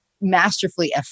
masterfully